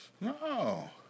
No